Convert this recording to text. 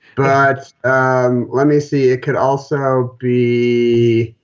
but um let me see. it could also be.